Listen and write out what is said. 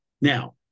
Now